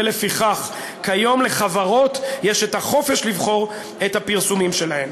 ולפיכך כיום לחברות יש את החופש לבחור את הפרסומים שלהן.